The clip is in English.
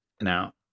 Now